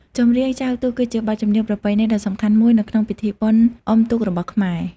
ចម្រៀងចែវទូក គឺជាបទចម្រៀងប្រពៃណីដ៏សំខាន់មួយនៅក្នុងពិធីបុណ្យអុំទូករបស់ខ្មែរ។